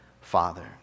father